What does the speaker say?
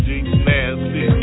nasty